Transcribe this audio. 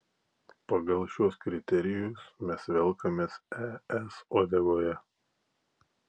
pagal šiuos kriterijus mes velkamės es uodegoje